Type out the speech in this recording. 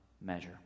measure